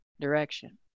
direction